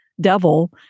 devil